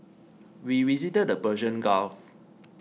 we visited the Persian Gulf